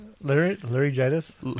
laryngitis